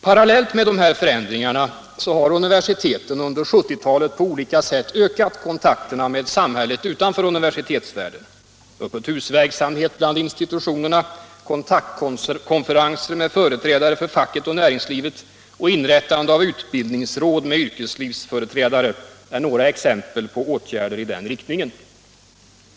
Parallellt med dessa förändringar har universiteten under 1970-talet på olika sätt ökat kontakterna med samhället utanför universitetsvärlden. Öppet hus-verksamhet bland institutionerna, kontaktkonferenser med företrädare för facket och näringslivet samt inrättande av utbildningsråd forskning inom med yrkeslivsföreträdare är några exempel på åtgärder i den riktningen.